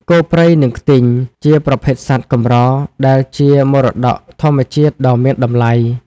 គោព្រៃ និងខ្ទីង ជាប្រភេទសត្វកម្រដែលជាមរតកធម្មជាតិដ៏មានតម្លៃ។